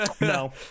No